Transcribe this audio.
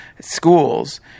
schools